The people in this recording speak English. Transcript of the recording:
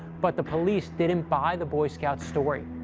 but the police didn't buy the boy scout's story.